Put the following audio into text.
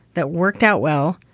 that worked out well.